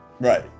Right